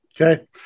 Okay